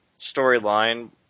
storyline